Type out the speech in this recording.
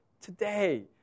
today